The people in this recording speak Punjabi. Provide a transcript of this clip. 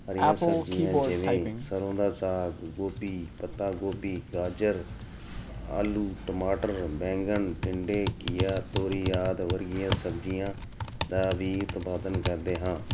ਹਰੀਆਂ ਸਬਜ਼ੀਆਂ ਜਿਵੇਂ ਸਰੋਂ ਦਾ ਸਾਗ ਗੋਭੀ ਪੱਤਾ ਗੋਭੀ ਗਾਜਰ ਆਲੂ ਟਮਾਟਰ ਬੈਂਗਣ ਟੀਂਡੇ ਘੀਆ ਤੋਰੀ ਆਦਿ ਵਰਗੀਆਂ ਸਬਜ਼ੀਆਂ ਦਾ ਵੀ ਉਤਪਾਦਨ ਕਰਦੇ ਹਾਂ